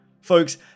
Folks